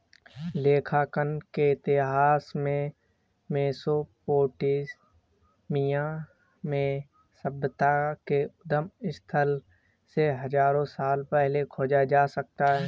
लेखांकन के इतिहास को मेसोपोटामिया में सभ्यता के उद्गम स्थल से हजारों साल पहले खोजा जा सकता हैं